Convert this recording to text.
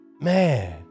Man